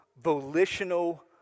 volitional